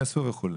נאספו וכו'.